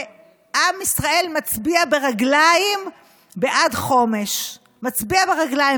עם ישראל מצביע ברגליים בעד חומש, מצביע ברגליים.